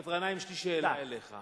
חבר הכנסת גנאים, יש לי שאלה: למה